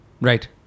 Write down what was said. Right